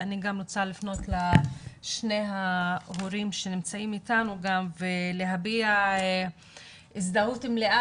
אני רוצה לפנות לשני ההורים שנמצאים אתנו ולהביע הזדהות מלאה,